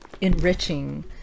enriching